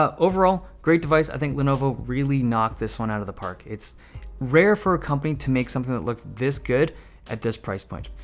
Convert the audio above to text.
ah overall great device. i think lenovo really knocked this one out of the park it's rare for a company to make something that looks this good at this price point.